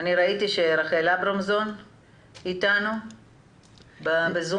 ראיתי שרחל אברמזון איתנו בזום.